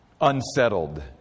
Unsettled